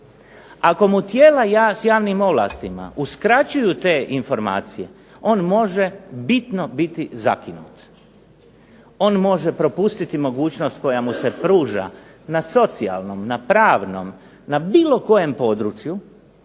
Ako mu tijela s javnim ovlastima uskraćuju te informacije, on može bitno biti zakinut, on može propustiti mogućnost koja mu se pruža na socijalnom, na pravnom, na bilo kojem području